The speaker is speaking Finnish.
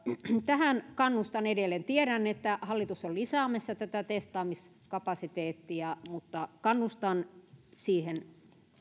tähän kannustan edelleen tiedän että hallitus on lisäämässä testaamiskapasiteettia mutta kannustan siihen